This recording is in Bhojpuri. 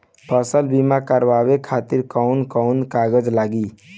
फसल बीमा करावे खातिर कवन कवन कागज लगी?